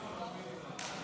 אדוני היושב-ראש.